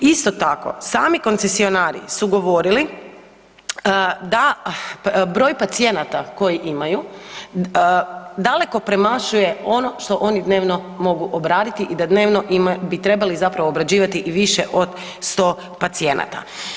Isto tako, sami koncesionari su govorili da broj pacijenata koji imaju, daleko premašuje ono što oni dnevno mogu obraditi i da dnevno bi trebali zapravo obrađivati više od 100 pacijenata.